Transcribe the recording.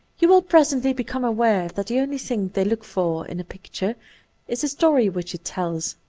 you will presently become aware that the only thing they look for in a picture is the story which it tells,